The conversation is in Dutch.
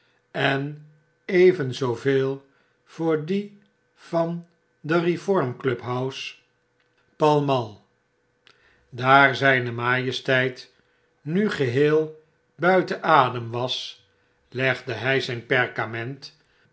en even zooveel voor die van de eeform clubhouse pall mall daar zyn majesteit nu geheel buiten adem was legde hy zyn perkament